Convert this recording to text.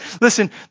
listen